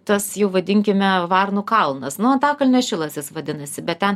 tas jau vadinkime varnų kalnas nu antakalnio šilas jis vadinasi bet ten